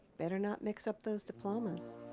better not mix up those diplomas.